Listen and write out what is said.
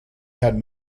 had